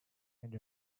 and